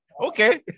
Okay